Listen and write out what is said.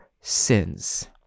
sins